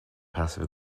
passive